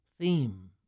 theme